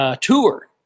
Tour